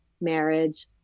marriage